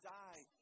die